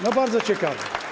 No, bardzo ciekawe.